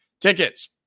tickets